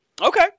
Okay